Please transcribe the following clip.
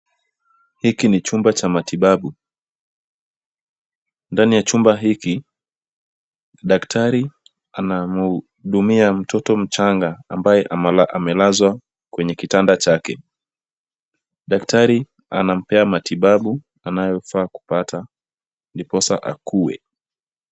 Hiki ni chumba cha matibabu. Ndani ya chumba hiki. Daktari, ana mhudumia mtoto mchanga ambaye amelazwa kwenye kitanda chake. Daktari anampea matibabu anayofaa kupata. Ndiposa akuwe.